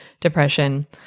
depression